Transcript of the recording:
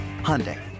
Hyundai